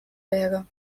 wäre